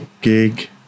gig